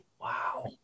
Wow